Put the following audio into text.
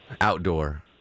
Outdoor